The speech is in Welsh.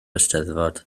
eisteddfod